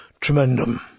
Tremendum